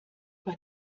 bei